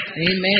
Amen